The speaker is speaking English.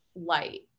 light